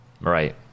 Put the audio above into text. Right